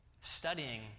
studying